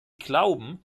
glauben